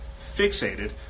fixated